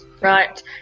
right